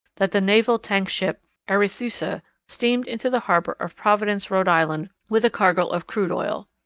that the naval tank ship arethusa steamed into the harbour of providence, rhode island, with a cargo of crude oil.